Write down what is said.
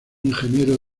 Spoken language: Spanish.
ingeniero